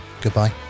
Goodbye